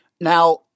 Now